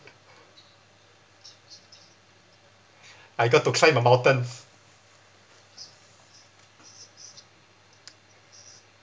I got to cimb a mountain